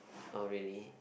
oh really